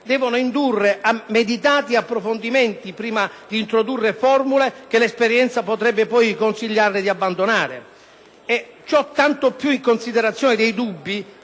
devono indurre a meditati approfondimenti prima di introdurre formule che l’esperienza potrebbe poi consigliare di abbandonare. E cio tanto piuin considerazione dei dubbi